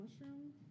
mushroom